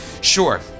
Sure